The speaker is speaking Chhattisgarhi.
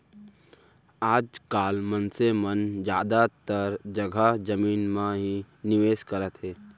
आज काल मनसे मन जादातर जघा जमीन म ही निवेस करत हे